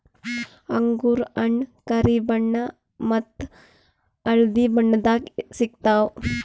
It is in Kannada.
ಅಂಗೂರ್ ಹಣ್ಣ್ ಕರಿ ಬಣ್ಣ ಮತ್ತ್ ಹಳ್ದಿ ಬಣ್ಣದಾಗ್ ಸಿಗ್ತವ್